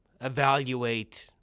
evaluate